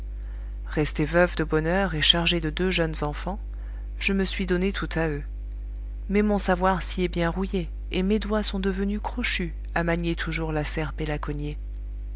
resté veuf de bonne heure et chargé de deux jeunes enfants je me suis donné tout à eux mais mon savoir s'y est bien rouillé et mes doigts sont devenus crochus à manier toujours la serpe